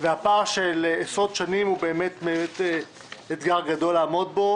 הפער של עשרות שנים הוא אתגר גדול לעמוד בו